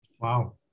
Wow